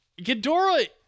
Ghidorah